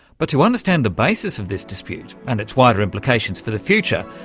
but to understand the basis of this dispute and its wider implications for the future,